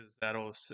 that'll